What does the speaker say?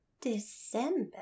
December